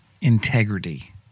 integrity